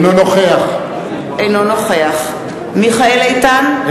אינו נוכח מיכאל איתן,